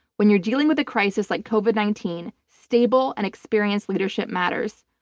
when you're dealing with a crisis like covid nineteen, stable and experienced leadership matters.